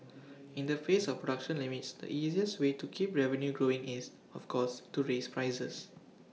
in the face of production limits the easiest way to keep revenue growing is of course to raise prices